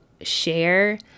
share